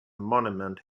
monument